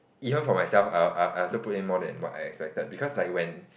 even for myself I I I also put in more than what I expected because like when